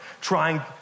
trying